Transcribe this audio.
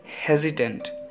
hesitant